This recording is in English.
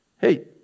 Hey